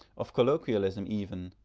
of colloquialism even,